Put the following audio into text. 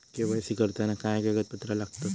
KYC करताना काय कागदपत्रा लागतत?